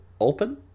open